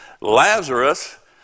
Lazarus